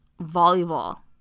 volleyball